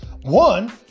One